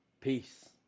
Peace